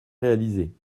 réalisée